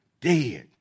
dead